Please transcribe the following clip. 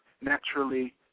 naturally